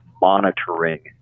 monitoring